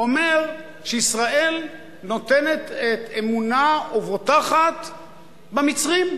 הוא אומר שישראל נותנת את אמונה ובוטחת במצרים.